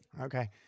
Okay